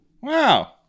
Wow